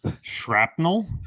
Shrapnel